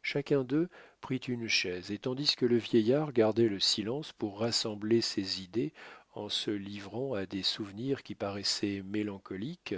chacun d'eux prit une chaise et tandis que le vieillard gardait le silence pour rassembler ses idées en se livrant à des souvenirs qui paraissaient mélancoliques